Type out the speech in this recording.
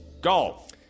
Golf